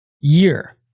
year